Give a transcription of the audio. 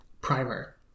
primer